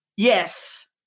Yes